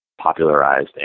popularized